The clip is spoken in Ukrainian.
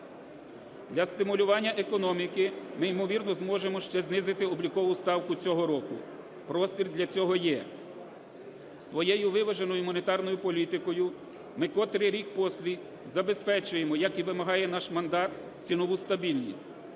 Для стимулювання економіки ми, ймовірно, зможемо ще знизити облікову ставку цього року. Простір для цього є. Своєю виваженою монетарною політикою ми котрий рік поспіль забезпечуємо, як і вимагає наш мандат, цінову стабільність,